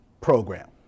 program